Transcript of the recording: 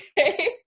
okay